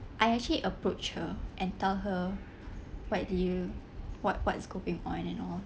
I actually approach her and tell her why do you what what's going on and all